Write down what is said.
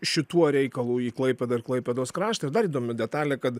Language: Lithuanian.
šituo reikalu į klaipėdą ir klaipėdos kraštą ir dar įdomi detalė kad